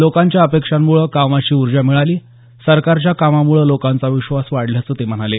लोकांच्या अपेक्षांमुळें कामाची उर्जा मिळाली सरकारच्या कामांमळे लोकांचा विश्वास वाढल्याचा ते म्हणाले